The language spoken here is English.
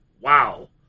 Wow